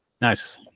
Nice